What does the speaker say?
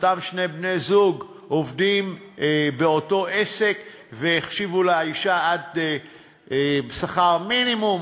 אותם שני בני-זוג שעובדים באותו עסק והחשיבו לאישה עד שכר מינימום,